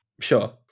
Sure